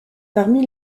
parmi